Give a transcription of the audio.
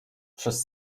przez